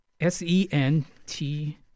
S-E-N-T